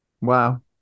Wow